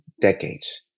decades